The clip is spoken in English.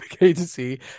agency